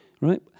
Right